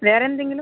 വേറെ എന്തെങ്കിലും